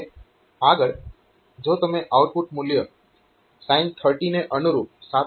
હવે આગળ જો આઉટપુટ મૂલ્ય sin 30 ને અનુરૂપ 7